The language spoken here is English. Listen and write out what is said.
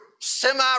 semi